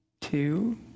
two